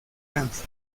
francia